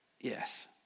Yes